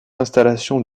installations